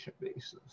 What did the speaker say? basis